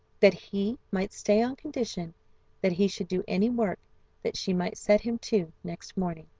that he might stay on condition that he should do any work that she might set him to next morning.